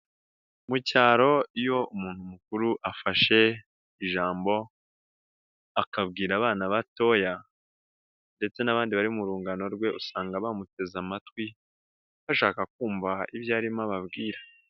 Mu cyaro iyo umuntu mukuru afashe ijambo akabwira abana batoya ndetse n'abandi bari mu rungano rwe usanga bamuteze amatwi, bashaka kumva ibyo arimo ababwira.